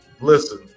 Listen